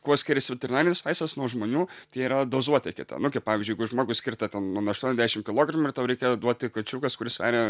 kuo skiriasi veterinaris vaistas nuo žmonių tai yra dozuotė kita nu kaip pavyzdžiui jeigu žmogui skirta ten an aštuoniasdešim kilogramų ir tau reikia duoti kačiukas kuris sveria